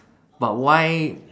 but why